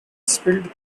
spilled